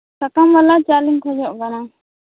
ᱥᱟᱠᱟᱢ ᱵᱟᱞᱟ ᱪᱟ ᱞᱤᱧ ᱠᱷᱚᱡᱚᱜ ᱠᱟᱱᱟ